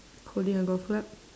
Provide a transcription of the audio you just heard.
holding a golf club